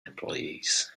employees